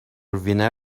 وینر